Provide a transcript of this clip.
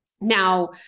Now